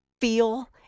feel